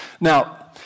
Now